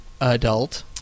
adult